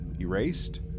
erased